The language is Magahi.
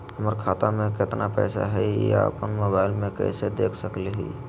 हमर खाता में केतना पैसा हई, ई अपन मोबाईल में कैसे देख सके हियई?